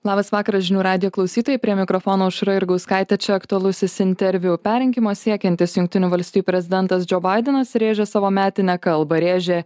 labas vakaras žinių radijo klausytojai prie mikrofono aušra jurgauskaitė čia aktualusis interviu perrinkimo siekiantis jungtinių valstijų prezidentas džo baidenas rėžė savo metinę kalbą rėžė